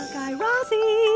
guy razzie,